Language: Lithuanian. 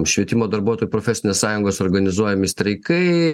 švietimo darbuotojų profesinės sąjungos organizuojami streikai